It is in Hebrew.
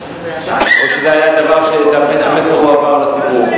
או שזה היה דבר שהמסר הועבר לציבור?